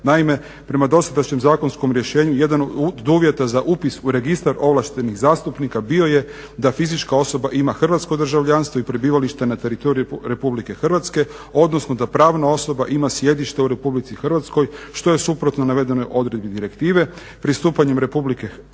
Naime prema dosadašnjem zakonskom rješenju jedan od uvjeta za upis u registar ovlaštenih zastupnika bio je da fizička osoba ima hrvatsko državljanstvo i prebivalište na teritoriju RH odnosno da pravna osoba ima sjedište u RH što je suprotno navedenoj odredbi direktive pristupanjem RH